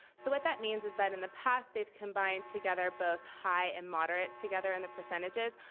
so what that means is that in the past, they've combined together both high and moderate together in the percentages,